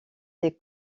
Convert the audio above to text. des